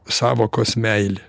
sąvokos meilė